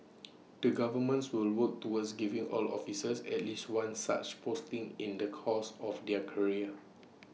the governments will work towards giving all officers at least one such posting in the course of their career